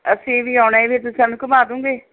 ਅਸੀਂ ਵੀ ਆਉਣਾ ਹੈ ਫਿਰ ਤੁਸੀਂ ਸਾਨੂੰ ਘੁੰਮਾ ਦੂੰਗੇ